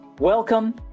Welcome